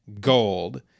gold